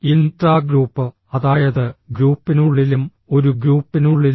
intragroup അതായത് ഗ്രൂപ്പിനുള്ളിലും ഒരു ഗ്രൂപ്പിനുള്ളിലും